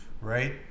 right